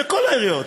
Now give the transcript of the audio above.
בכל העיריות,